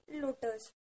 lotus